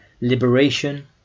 liberation